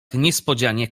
niespodzianie